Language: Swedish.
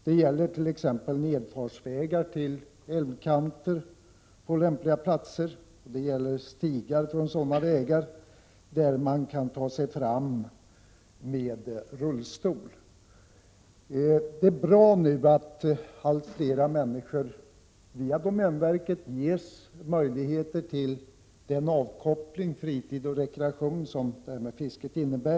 Det gäller t.ex. nerfartsvägar till älvkanter på lämpliga platser, och det gäller stigar från sådana vägar, där man kan ta sig fram med rullstol. Det är bra att nu allt fler människor via domänverkets insatser ges möjligheter till den avkoppling och den rekreaktion på fritiden som fisket innebär.